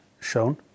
shown